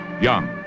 young